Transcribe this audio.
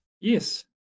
Yes